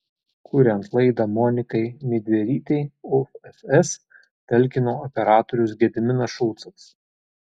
kuriant laidą monikai midverytei ofs talkino operatorius gediminas šulcas